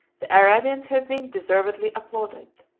the arabians have been deservedly applauded.